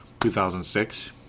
2006